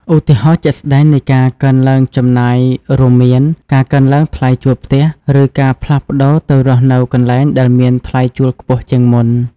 ឧទាហរណ៍ជាក់ស្ដែងនៃការកើនឡើងចំណាយរួមមាន ការកើនឡើងថ្លៃជួលផ្ទះ ឬការផ្លាស់ប្ដូរទៅរស់នៅកន្លែងដែលមានថ្លៃជួលខ្ពស់ជាងមុន។